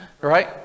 Right